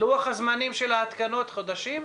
לוח הזמנים של ההתקנות חודשים?